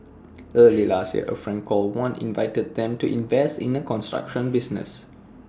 early last year A friend called wan invited them to invest in A construction business